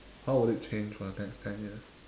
how would it change for the next ten years